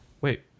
Wait